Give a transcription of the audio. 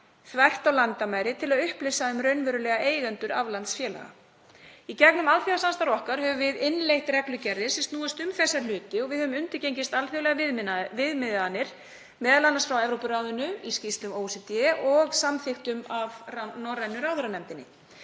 þvert á landamæri til að upplýsa um raunverulega eigendur aflandsfélaga. Í gegnum alþjóðasamstarf okkar höfum við innleitt reglugerðir sem snúast um þessa hluti og við höfum undirgengist alþjóðlega viðmiðanir, m.a. frá Evrópuráðinu, í skýrslum OECD og samþykktum frá norrænu ráðherranefndinni.